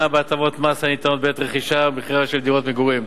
בהטבות המס הניתנות בעת רכישה ומכירה של דירות מגורים,